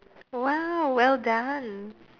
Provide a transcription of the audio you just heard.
!wow! well done